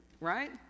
right